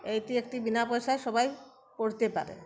এইটি একটি বিনা পয়সায় সবাই পড়তে পারে